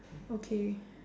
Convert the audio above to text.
okay